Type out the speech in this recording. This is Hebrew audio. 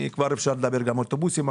אפשר לדבר גם על האוטובוסים,